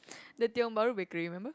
the Tiong-Bahru-Bakery remember